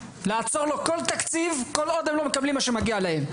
לעצור לו כל תקציב כל עוד הם לא מקבלים מה שמגיע להם,